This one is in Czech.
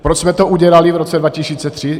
Proč jsme to udělali v roce 2003?